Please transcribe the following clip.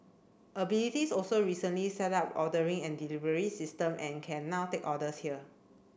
abilities also recently set up ordering and delivery system and can now take orders here